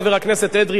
חבר הכנסת אדרי,